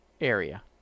area